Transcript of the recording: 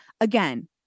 again